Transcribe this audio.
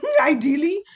ideally